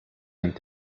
and